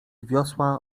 wiosła